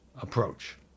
approach